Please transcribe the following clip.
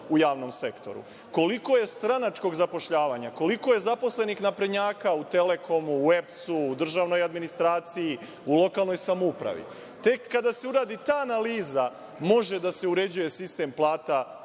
u javnom sektoru? Koliko je stranačkog zapošljavanja? Koliko je zaposlenih naprednjaka u „Telekomu“, EPS, državnoj administraciji, u lokalnoj samoupravi? Tek kada se uradi ta analiza, može da se uređuje sistem plata